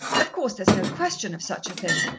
of course, there's no question of such a thing,